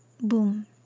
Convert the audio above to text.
boom